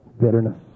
bitterness